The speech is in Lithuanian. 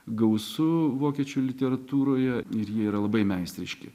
gausu vokiečių literatūroje ir jie yra labai meistriški